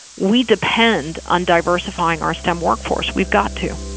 we depend on diversifying our stem workforce. we've got to